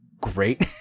great